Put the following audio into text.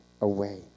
away